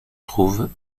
trouve